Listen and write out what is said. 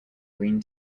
green